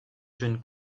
jeune